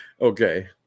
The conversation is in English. okay